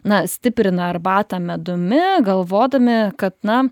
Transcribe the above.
na stiprina arbatą medumi galvodami kad na